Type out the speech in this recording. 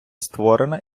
створена